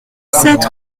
sept